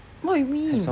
what you mean